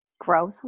grow